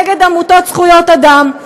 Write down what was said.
נגד עמותות זכויות אדם?